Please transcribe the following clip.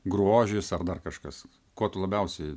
grožis ar dar kažkas ko tu labiausiai